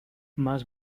más